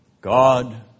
God